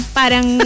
parang